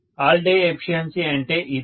all day efficiency అంటే ఇదే